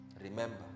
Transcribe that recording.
Remember